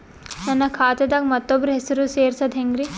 ನನ್ನ ಖಾತಾ ದಾಗ ಮತ್ತೋಬ್ರ ಹೆಸರು ಸೆರಸದು ಹೆಂಗ್ರಿ?